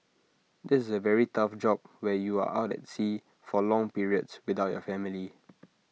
this is A very tough job where you are out at sea for long periods without your family